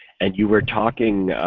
and you were talking